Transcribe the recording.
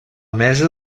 mesa